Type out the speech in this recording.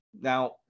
Now